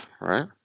right